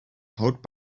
hold